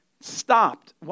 stopped